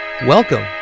Welcome